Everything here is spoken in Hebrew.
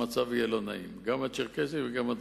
המצב יהיה לא נעים, גם המגזר הצ'רקסי, גם הדרוזי.